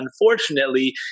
Unfortunately